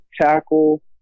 Tackle